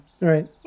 Right